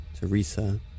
Teresa